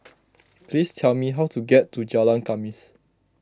please tell me how to get to Jalan Khamis